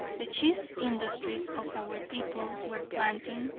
the chief industries of our people were planting,